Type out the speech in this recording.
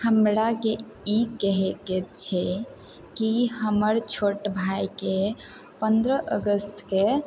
हमराके ई कहयके छै कि हमर छोट भाईके पन्द्रह अगस्तके